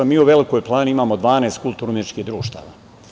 Mi u Velikoj Plani imamo 12 kulturno-umetničkih društava.